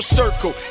circle